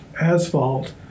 asphalt